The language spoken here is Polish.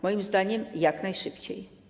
Moim zdaniem, jak najszybciej.